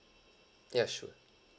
ya sure